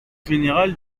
général